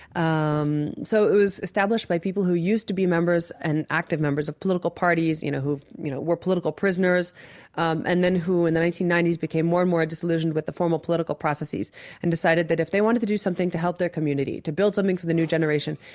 um so it was established by people who used to be members, and active members, of political parties, you know, who you know were political prisoners and then who, in the nineteen ninety s, became more and more disillusioned with the formal political processes and decided that, if they wanted to do something to help their community, to build something for the new generation,